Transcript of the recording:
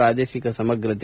ಪ್ರಾದೇಶಿಕ ಸಮಗ್ರತೆ